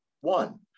One